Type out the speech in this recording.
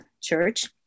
Church